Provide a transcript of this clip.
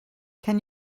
can